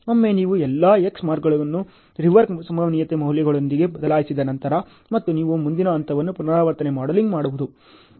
ಒಮ್ಮೆ ನೀವು ಎಲ್ಲಾ X ಮಾರ್ಕ್ಗಳನ್ನು ರಿವರ್ಕ್ ಸಂಭವನೀಯತೆ ಮೌಲ್ಯಗಳೊಂದಿಗೆ ಬದಲಾಯಿಸಿದ ನಂತರ ಮತ್ತು ನೀವು ಮುಂದಿನ ಹಂತವನ್ನು ಪುನರಾವರ್ತನೆ ಮಾಡೆಲಿಂಗ್ ಮಾಡುವುದು